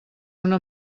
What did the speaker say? una